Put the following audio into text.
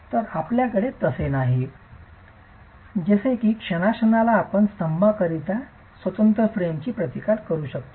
तर आपल्याकडे तसे नाही जसे की क्षणाक्षणाला आपण स्तंभांकरिता स्वतंत्र फ्रेमची प्रतिकार करू शकता